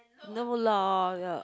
never lor ya